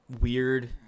weird